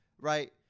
right